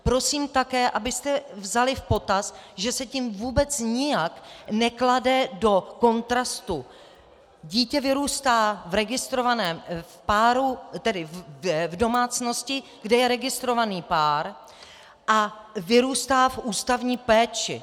Prosím také, abyste vzali v potaz, že se tím vůbec nijak neklade do kontrastu dítě vyrůstá v registrovaném páru, tedy v domácnosti, kde je registrovaný pár, a vyrůstá v ústavní péči.